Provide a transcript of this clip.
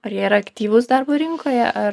ar jie yra aktyvūs darbo rinkoje ar